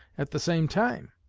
at the same time.